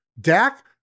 Dak